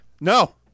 No